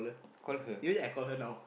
call her